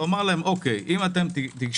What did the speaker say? לומר להם: אם תיגשו,